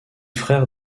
frère